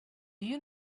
you